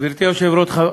גברתי היושבת-ראש,